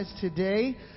today